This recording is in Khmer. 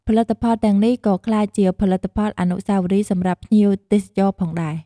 ផលិតផលទាំងនេះក៏ក្លាយជាផលិតផលអនុស្សាវរីយ៍សម្រាប់ភ្ញៀវទេសចរណ៍ផងដែរ។